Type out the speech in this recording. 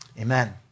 Amen